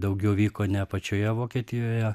daugiau vyko ne pačioje vokietijoje